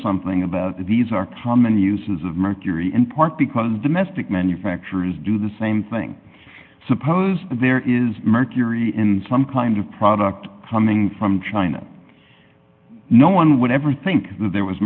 something about these are common uses of mercury in part because domestic manufacturers do the same thing suppose there is mercury in some kind of product coming from china no one would ever think that there was